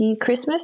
Christmas